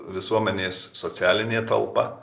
visuomenės socialinė talpa